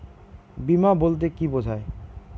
বিমা বলতে কি বোঝায়?